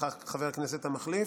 חבר הכנסת המחליף.